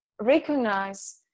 recognize